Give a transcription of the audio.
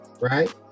right